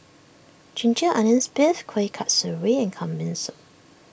Ginger Onions Beef Kueh Kasturi and Kambing Soup